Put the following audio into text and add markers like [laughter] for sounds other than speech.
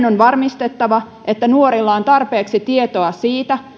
[unintelligible] on varmistettava että nuorilla on tarpeeksi tietoa siitä